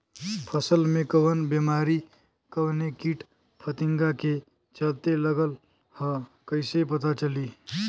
फसल में कवन बेमारी कवने कीट फतिंगा के चलते लगल ह कइसे पता चली?